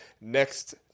next